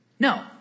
No